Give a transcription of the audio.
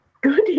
good